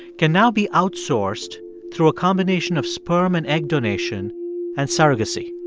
can now be outsourced through a combination of sperm and egg donation and surrogacy.